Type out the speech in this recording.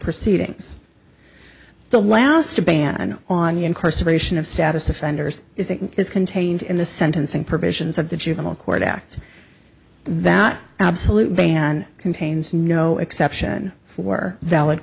proceedings the last a ban on the incarceration of status offenders is that is contained in the sentencing provisions of the juvenile court act that absolute ban contains no exception for valid